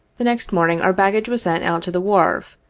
the next morning our baggage was sent out to the wharf,